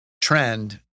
trend